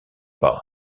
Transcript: par